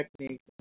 techniques